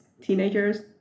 teenagers